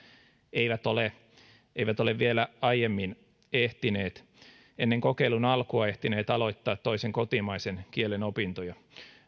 eivät ole eivät ole vielä aiemmin ennen kokeilun alkua ehtineet aloittaa toisen kotimaisen kielen opintoja